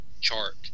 chart